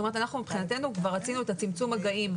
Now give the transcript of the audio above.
מבחינתנו כבר רצינו את צמצום המגעים.